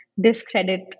discredit